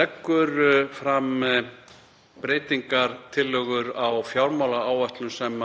leggur fram breytingartillögur við fjármálaáætlun sem